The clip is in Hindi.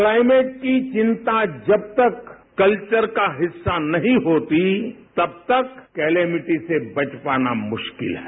क्लाइनेट की चिंता जब तक कल्वर का हिस्सा नहीं होती तब तक क्लेमिटी से बच पाना मुरिकल है